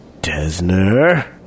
Desner